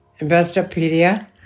Investopedia